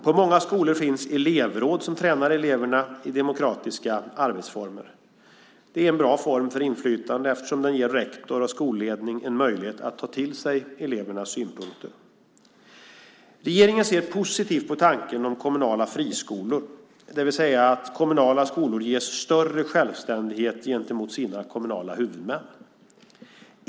På många skolor finns elevråd som tränar eleverna i demokratiska arbetsformer. Det är en bra form för inflytande, eftersom den ger rektor och skolledning en möjlighet att ta till sig elevernas synpunkter. Regeringen ser positivt på tanken om "kommunala friskolor", det vill säga att kommunala skolor ges större självständighet gentemot sina kommunala huvudmän.